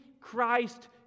Christ